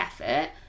effort